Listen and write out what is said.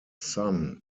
son